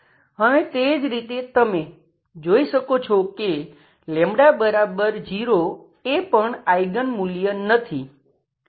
હવે તે જ રીતે તમે જોઈ શકો છો કે 0 એ પણ આઈગન મૂલ્ય નથી